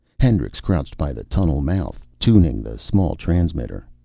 hendricks crouched by the tunnel mouth, tuning the small transmitter.